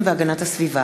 הנני מתכבדת להודיעכם,